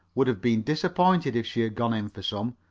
would have been disappointed if she had gone in for some.